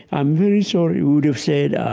i am very sorry, we would've said, ah,